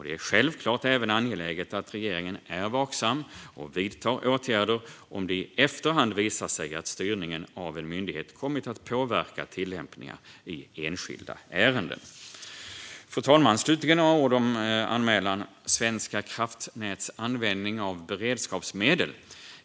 Det är självklart även angeläget att regeringen är vaksam och vidtar åtgärder om det i efterhand visar sig att styrningen av en myndighet kommit att påverka tillämpningar i enskilda ärenden. Fru talman! Slutligen vill jag säga några ord om anmälan "Svenska kraftnäts användning av beredskapsmedel".